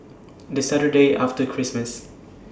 The Saturday after Christmas